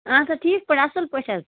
اَہَن سا ٹھیٖک پٲٹھۍ اَصٕل پٲٹھۍ حظ